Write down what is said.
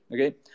Okay